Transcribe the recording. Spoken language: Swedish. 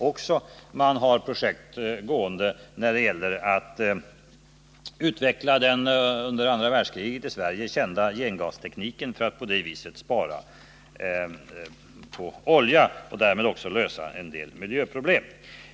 Det finns projekt i gång för att utveckla den i Sverige från andra världskriget kända gengastekniken för att spara olja och därmed även lösa vissa miljöproblem.